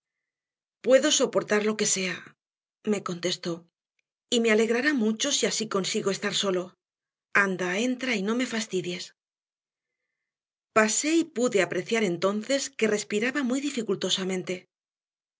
puedo soportar lo que sea me contestó y me alegrará mucho si así consigo estar solo anda entra y no me fastidies pasé y pude apreciar entonces que respiraba muy